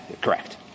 Correct